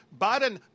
Biden